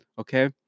okay